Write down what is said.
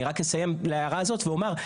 אני רק אסיים את ההערה הזאת ואומר,